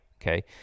Okay